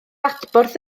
adborth